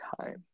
time